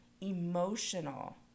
emotional